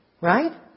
Right